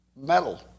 metal